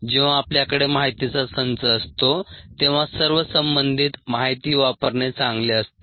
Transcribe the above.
जेव्हा आपल्याकडे माहितीचा संच असतो तेव्हा सर्व संबंधित माहिती वापरणे चांगले असते